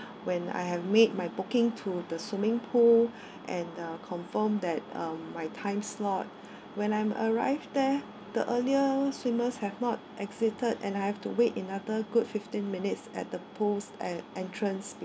when I have made my booking to the swimming pool and uh confirmed that uh my time slot when I'm arrived there the earlier swimmers have not exited and I have to wait another good fifteen minutes at the post en~ entrance